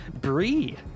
Brie